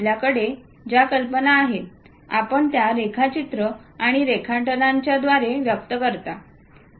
आपल्याकडे ज्या कल्पना आहेत आपण त्या रेखाचित्र आणि रेखाटनां द्वारे व्यक्त करता